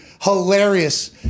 hilarious